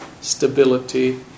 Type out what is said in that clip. stability